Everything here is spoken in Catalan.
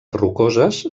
rocoses